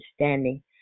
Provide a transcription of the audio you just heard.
understanding